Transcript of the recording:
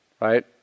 right